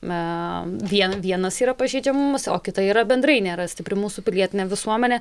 na vien vienas yra pažeidžiamumas o kita yra bendrai nėra stipri mūsų pilietinė visuomenė